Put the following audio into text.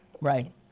Right